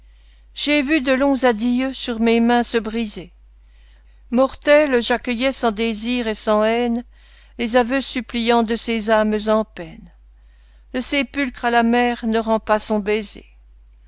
j'ai vu de longs adieux sur mes mains se briser mortelle j'accueillais sans désir et sans haine les aveux suppliants de ces âmes en peine le sépulcre à la mer ne rend pas son baiser